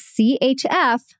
CHF